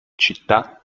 città